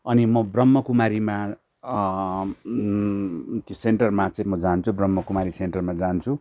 अनि म ब्रह्मकुमारीमा सेन्टरमा चाहिँ म जान्छु ब्रह्मकुमारी सेन्टरमा जान्छु